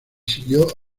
siguió